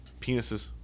Penises